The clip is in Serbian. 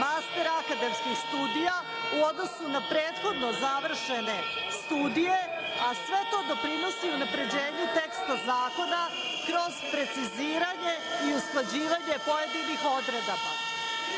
master akademskih studija u odnosu na prethodno završene studije, a sve to doprinosi unapređenje teksta zakona kroz preciziranje i usklađivanje pojedinih